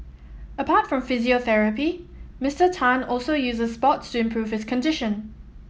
apart from physiotherapy Mister Tan also uses sports to improve his condition